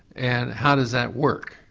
and how does that work?